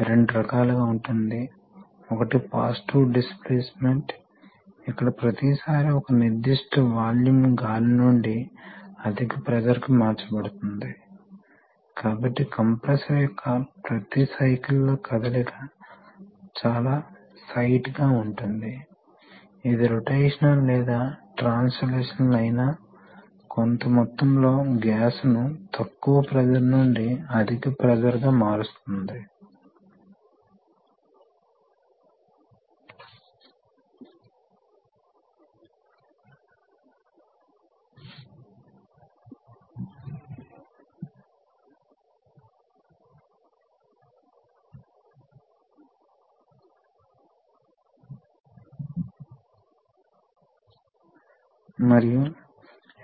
తయారవుతాయి మీరు force controlled proportional solenoid proportional valve కలిగి ఉండాలనుకుంటే మీరు వాస్తవానికి చేస్తారు బలవంతంగా కంట్రోల్ చేస్తారు మరియు తరువాత సోలినాయిడ్ను తయారు చేసారు ఇది ఫోర్స్ స్ట్రోక్ లక్షణం కాబట్టి మంచి స్ట్రోక్ కోసం ఫోర్స్ కరెంట్ వద్ద స్థిరంగా ఉంటుందని మీరు చూస్తారు